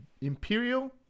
imperial